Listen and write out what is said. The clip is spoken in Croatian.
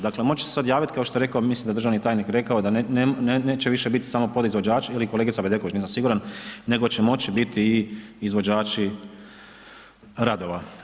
Dakle, moći će se sad javiti kao što je rekao mislim da je državni tajnik rekao da neće više biti samo podizvođači ili kolegica Bedeković, nisam siguran, nego će moći biti i izvođači radova.